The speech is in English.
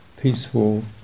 peaceful